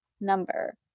number